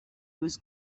was